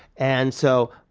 and so,